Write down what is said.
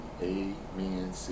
Amen